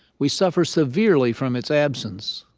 we suffer severely from its absence.